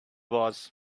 was